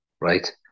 right